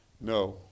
No